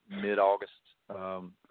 mid-August